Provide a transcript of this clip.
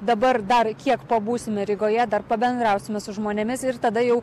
dabar dar kiek pabūsim rygoje dar pabendrausime su žmonėmis ir tada jau